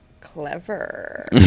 Clever